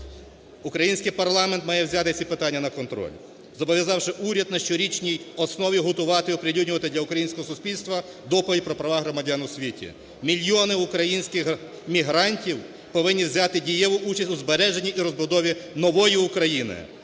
Український парламент має взяти ці питання на контроль, зобов'язавши уряд на щорічній основі готувати, оприлюднювати для українського суспільства доповідь про права громадян у світі. Мільйони українських мігрантів повинні взяти дієву участь у збереженні і розбудові нової України,